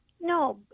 no